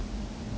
是 meh